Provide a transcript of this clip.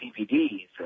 DVDs